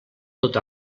tot